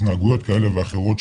התנהגויות כאלה ואחרות,